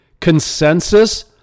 Consensus